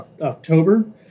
October